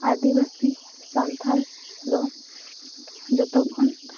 ᱟᱹᱫᱤᱵᱟᱹᱥᱤ ᱥᱟᱱᱛᱟᱲ ᱫᱚ ᱡᱚᱛᱚᱠᱷᱚᱱ